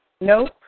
Nope